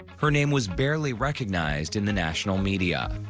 her name was barely recognized in the national media.